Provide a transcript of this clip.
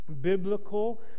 biblical